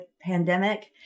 pandemic